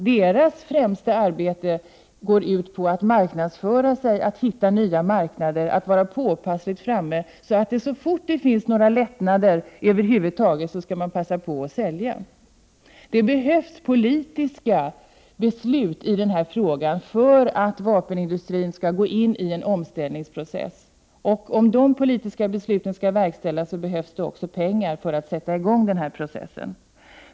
Deras arbete går främst ut på att marknadsföra sig, att hitta nya marknader, att vara påpassligt framme så att man så fort det över huvud taget finns några lättnader skall kunna sälja. Det behövs politiska beslut i denna fråga för att vapenindustrin skall gå in i en omställningsprocess. För att dessa politiska beslut skall kunna verkställas behövs också pengar för att sätta i gång denna process.